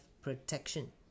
protection